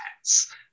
pets